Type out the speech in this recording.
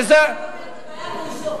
אתה יודע למה זה לא פותר את הבעיה?